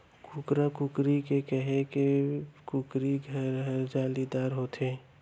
कुकरा, कुकरी के रहें के कुकरी घर हर जालीदार होथे